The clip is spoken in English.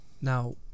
now